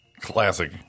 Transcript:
Classic